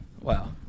Wow